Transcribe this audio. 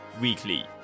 weekly